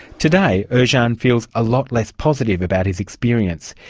today, ercan feels a lot less positive about his experience.